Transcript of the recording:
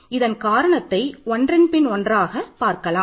இதன் காரணத்தை ஒன்றன் பின் ஒன்றாக பார்க்கலாம்